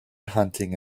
hunting